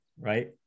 right